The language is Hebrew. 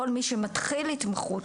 כל מי שמתחיל התמחות,